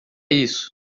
isso